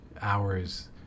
hours